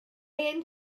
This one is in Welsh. ein